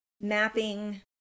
mapping